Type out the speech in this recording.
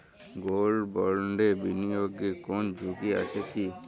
Gold বন্ডে বিনিয়োগে কোন ঝুঁকি আছে কি?